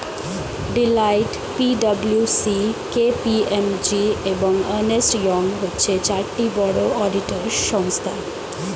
Deloitte, P W C, K P M G, এবং Ernst Young হচ্ছে চারটি বড় অডিটর সংস্থা